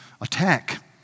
attack